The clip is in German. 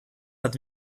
hat